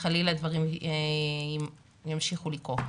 וחלילה הדברים ימשיכו לקרות.